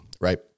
right